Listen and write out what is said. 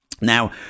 Now